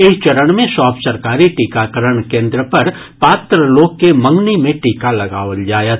एहि चरण मे सभ सरकारी टीकाकरण केन्द्र पर पात्र लोक के मंगनी मे टीका लगाओल जायत